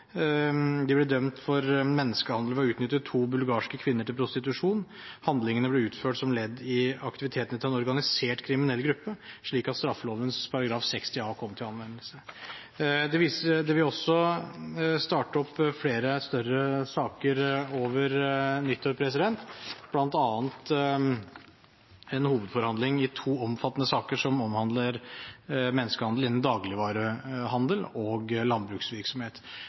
De ble dømt for menneskehandel ved å utnytte to bulgarske kvinner til prostitusjon. Handlingene ble utført som ledd i aktivitetene til en organisert kriminell gruppe, slik at straffeloven § 60 a kom til anvendelse. Det vil også starte opp flere større saker over nyttår, bl.a. en hovedforhandling i to omfattende saker som omhandler menneskehandel innen dagligvarehandel og landbruksvirksomhet.